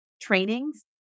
trainings